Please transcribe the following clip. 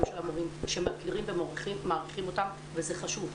של המורים שמוקירים ומעריכים אותם כי זה חשוב.